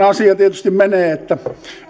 asia tietysti menee että